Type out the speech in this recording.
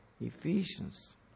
Ephesians